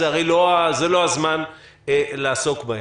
הרי זה לא הזמן לעסוק בהם.